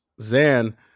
Zan